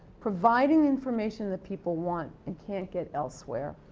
providing information the people want and can't get elsewhere.